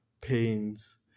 pains